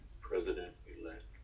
president-elect